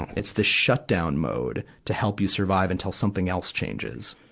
it's the shutdown mode to help you survive until something else changes.